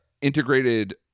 integrated